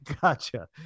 Gotcha